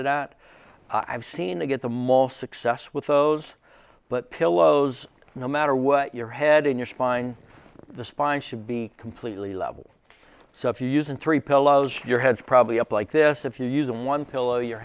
set it at i've seen to get the most success with those but pillows no matter what your head in your spine the spine should be completely level so if you're using three pillows your heads probably up like this if you use them one pillow your